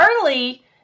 early